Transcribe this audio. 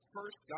First